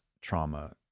trauma